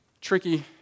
tricky